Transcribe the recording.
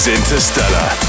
Interstellar